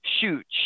shoot